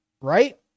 right